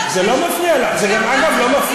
זה לא 600, זה לא 600,